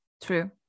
True